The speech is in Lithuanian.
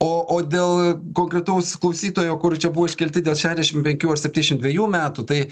o o dėl konkretaus klausytojo kur čia buvo iškelti dėl šešiasdešim penkių ar septyniasdešim dviejų metų tai